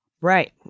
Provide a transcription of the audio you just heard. Right